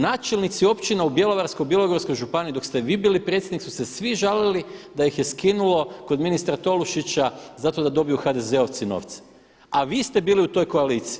Načelnici općina u Bjelovarsko-bilogorskoj županiji dok ste vi bili predsjednik su se svi žalili da ih je skinulo kod ministra Tolušića zato da dobiju HDZ-ovci novce, a vi ste bili u toj koaliciji.